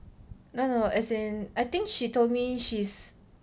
no no no as in I think she told me she's